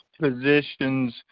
positions